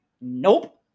Nope